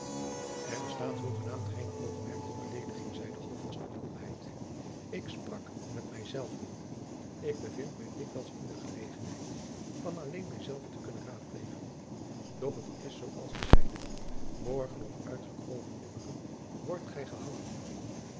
er bestaat hoegenaamd geen oogmerk tot belediging zeide holtvast met koelheid ik sprak met mij zelven ik bevind mij dikwijls in de gelegenheid van alleen mij zelven te kunnen raadplegen doch het is zoo als ik zeide morgen of uiterlijk overmorgen wordt gij gehangen